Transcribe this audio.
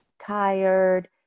tired